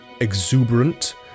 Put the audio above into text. exuberant